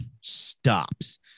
stops